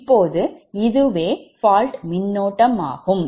இப்போது இதுவே fault மின்னோட்டமாகும்